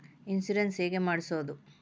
Insurance ಹೇಗೆ ಮಾಡಿಸುವುದು?